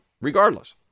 regardless